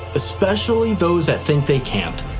especially those that think they can't.